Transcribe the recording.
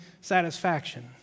satisfaction